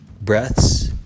breaths